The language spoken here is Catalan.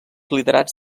literats